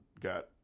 got